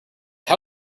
how